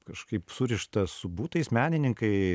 kažkaip surišta su butais menininkai